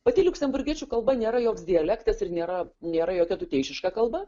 pati liuksemburgiečių kalba nėra joks dialektas ir nėra nėra jokia tuteišiška kalba